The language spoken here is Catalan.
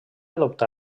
adoptà